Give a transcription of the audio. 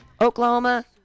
oklahoma